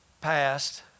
passed